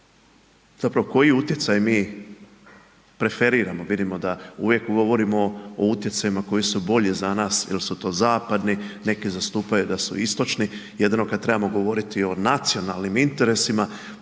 koji utjecaj mi preferiramo, vidimo da uvijek govorimo o utjecajima koji su bolji za nas jel su to zapadni, neki zastupaju da su istočni, jedino kad trebamo govoriti o nacionalnim interesima